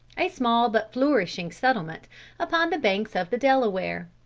a small but flourishing settlement upon the banks of the delaware.